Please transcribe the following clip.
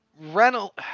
Reynolds